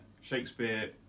Shakespeare